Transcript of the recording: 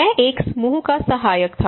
मैं एक समूह का सहायक था